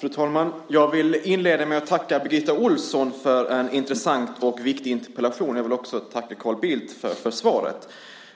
Fru talman! Jag vill inleda med att tacka Birgitta Ohlsson för en intressant och viktig interpellation. Jag vill också tacka Carl Bildt för svaret på densamma.